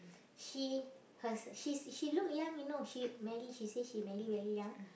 she her she's she look young you know she marry she say she marry very young